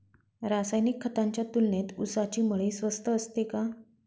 रासायनिक खतांच्या तुलनेत ऊसाची मळी स्वस्त असते का?